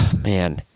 man